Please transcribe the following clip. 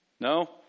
No